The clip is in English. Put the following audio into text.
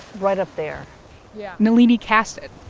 right up there yeah nalini cast it.